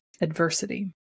adversity